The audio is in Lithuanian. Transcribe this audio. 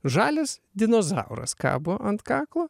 žalias dinozauras kabo ant kaklo